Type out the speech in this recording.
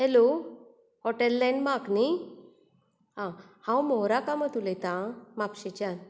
hello hotel landmark नी हां हांव मोहरा कामत उलयतां म्हापशेंच्यान